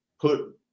put